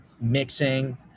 mixing